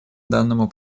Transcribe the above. данному